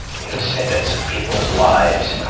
you know, snippets of people's lives, ah,